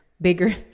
bigger